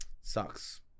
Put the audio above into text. Sucks